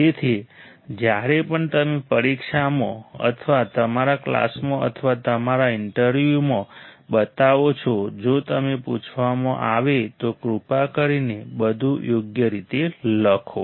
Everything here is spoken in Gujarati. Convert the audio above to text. તેથી જ્યારે પણ તમે પરીક્ષામાં અથવા તમારા ક્લાસમાં અથવા તમારા ઇન્ટરવ્યુમાં બતાવો છો જો તેને પૂછવામાં આવે તો કૃપા કરીને બધું યોગ્ય રીતે લખો